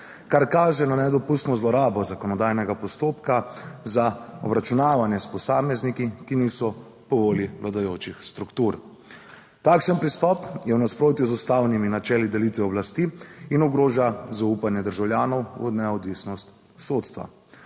kar kaže na nedopustno zlorabo zakonodajnega postopka za obračunavanje s posamezniki, ki niso po volji vladajočih struktur. Takšen pristop je v nasprotju z ustavnimi načeli delitve oblasti in ogroža zaupanje državljanov v neodvisnost sodstva.